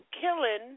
killing